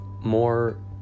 more